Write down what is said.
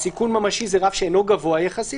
כאשר "סיכון ממשי" זה רף שאינו גבוה יחסית.